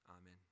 Amen